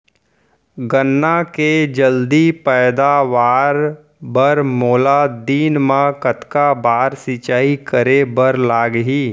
गन्ना के जलदी पैदावार बर, मोला दिन मा कतका बार सिंचाई करे बर लागही?